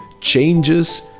changes